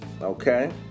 Okay